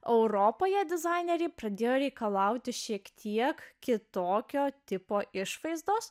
europoje dizaineriai pradėjo reikalauti šiek tiek kitokio tipo išvaizdos